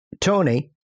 Tony